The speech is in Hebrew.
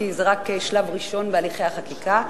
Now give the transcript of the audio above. כי זה רק שלב ראשון בהליכי החקיקה,